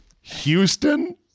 Houston